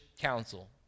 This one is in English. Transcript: council